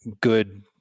good